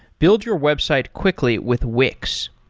build your website quickly with wix.